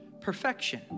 perfection